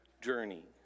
journey